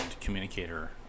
communicator